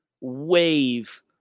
wave